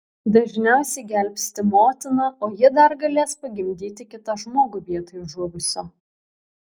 dažniausiai gelbsti motiną o ji dar galės pagimdyti kitą žmogų vietoj žuvusio